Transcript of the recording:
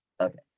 Okay